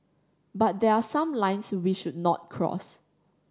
but there are some lines we should not cross